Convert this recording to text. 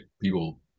people